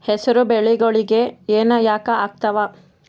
ಹೆಸರು ಬೆಳಿಗೋಳಿಗಿ ಹೆನ ಯಾಕ ಆಗ್ತಾವ?